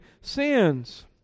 sins